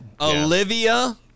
Olivia